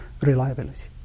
Reliability